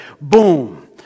boom